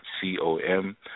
c-o-m